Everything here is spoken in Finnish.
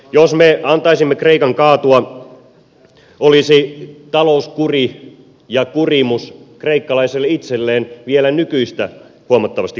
jos me antaisimme kreikan kaatua olisi talouskuri ja kurimus kreikkalaisille itselleen vielä nykyistä huomattavasti korkeampi